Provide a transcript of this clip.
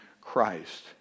Christ